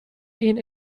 این